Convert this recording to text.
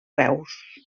reus